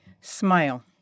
Smile